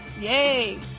Yay